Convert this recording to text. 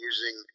using